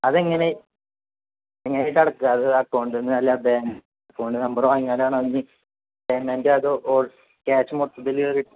അത് എങ്ങനെ എങ്ങനെയായിട്ടാണ് അടക്കുക അത് അക്കൗണ്ടിൽ നിന്ന് അല്ല ബാങ്ക് അക്കൗണ്ട് നമ്പറോ അങ്ങനെയാണോ അന്ന് പേയ്മെൻറ് അതോ ഓൾ ക്യാഷ് മൊത്തത്തിൽ